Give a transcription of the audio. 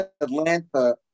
Atlanta